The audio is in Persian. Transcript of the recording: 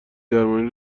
درمانی